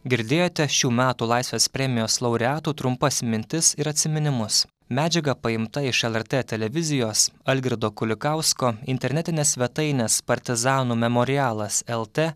girdėjote šių metų laisvės premijos laureatų trumpas mintis ir atsiminimus medžiaga paimta iš lrt televizijos algirdo kulikausko internetinės svetainės partizanų memorialas lt